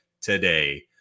today